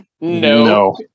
no